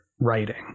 writing